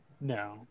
No